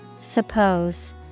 Suppose